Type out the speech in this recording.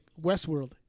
Westworld